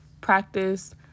practice